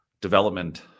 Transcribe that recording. development